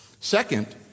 Second